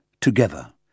together